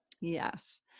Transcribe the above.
Yes